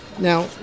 Now